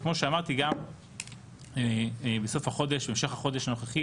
כמו שאמרתי, בהמשך החודש הנוכחי